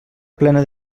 plena